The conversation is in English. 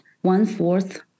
one-fourth